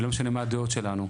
ולא משנה מה הדעות שלנו.